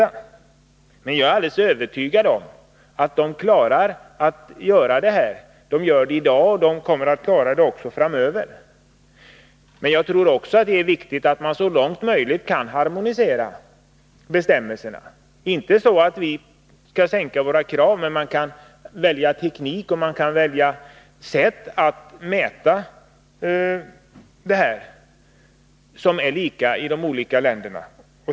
Jag är emellertid alldeles övertygad om att den klarar problemen. Den gör det i dag, och den kommer också att göra det i framtiden. Jag tror också att det är viktigt att man så långt det är möjligt kan harmonisera bestämmelserna med omvärlden, inte så att vi skall sänka våra krav, men man kan välja teknik och sätt att göra mätningar, så att det blir överensstämmelse i de olika länderna.